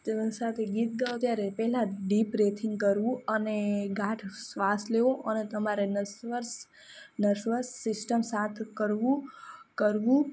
તેઓને સાથે ગીત ગાઓ ત્યારે પહેલાં ડીપ બ્રીથિંગ કરવું અને ગાઢ શ્વાસ લેવો અને તમારે નર્વસ નર્વસ સિસ્ટમ સાથે કરવું કરવું